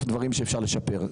דברים שאפשר לשפר.